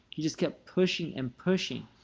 he just kept pushing and pushing,